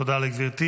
תודה לגברתי.